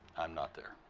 i'm not there.